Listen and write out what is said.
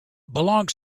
belongs